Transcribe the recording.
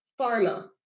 pharma